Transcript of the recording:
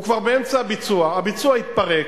הוא כבר באמצע הביצוע, הביצוע התפרק,